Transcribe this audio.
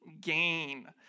gain